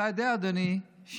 אתה יודע, אדוני,